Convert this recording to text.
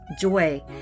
joy